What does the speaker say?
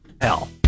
Hell